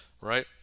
right